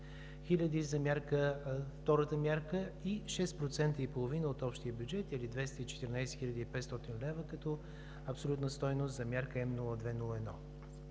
хиляди – за втората мярка; и 6,5% от общия бюджет или 214 хил. 500 лв. като абсолютна стойност за Мярка М02-01.